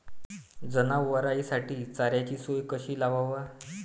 जनावराइसाठी चाऱ्याची सोय कशी लावाव?